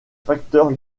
facteur